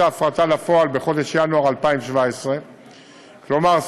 ההפרטה לפועל בחודש ינואר 2017. כלומר,